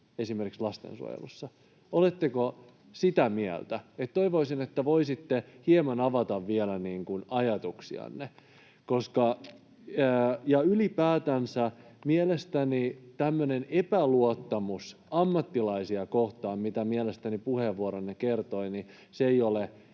esimerkiksi lastensuojelussa? Oletteko sitä mieltä? [Juha Mäenpää pyytää vastauspuheenvuoroa] Toivoisin, että voisitte hieman avata vielä ajatuksianne. Ja ylipäätänsä mielestäni tämmöinen epäluottamus ammattilaisia kohtaan, mistä mielestäni puheenvuoronne kertoi,